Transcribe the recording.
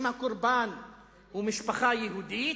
אם הקורבן הוא משפחה יהודית